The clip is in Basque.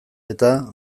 eta